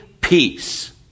peace